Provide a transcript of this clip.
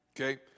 Okay